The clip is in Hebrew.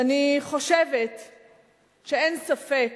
אני חושבת שאין ספק,